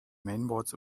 mainboards